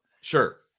Sure